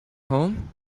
home